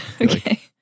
Okay